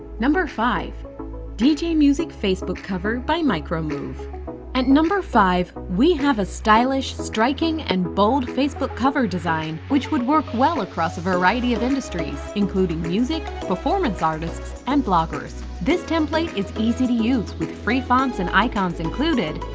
number five dj music facebook cover by micromove at number five, we have a stylish, striking and bold facebook cover design, which would work well across a variety of industries including music, performance artists and bloggers this template is easy to use with free fonts and icons included,